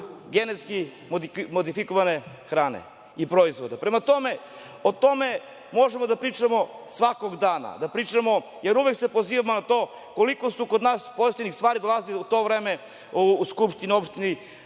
genetski modifikovane hrane i proizvoda. Prema tome, o tome možemo da pričamo svakog dana, jer uvek se pozivamo na to koliko je kod nas pozitivnih stvari dolazilo u to vreme u skupštinu opštine